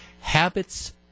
habits